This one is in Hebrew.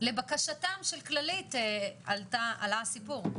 לבקשתם של כללית עלה הסיפור.